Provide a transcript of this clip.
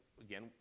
again